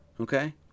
Okay